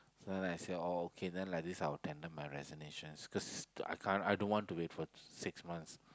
so I then I said oh okay then like this I will tender my resignation because I can't I don't want to wait for six months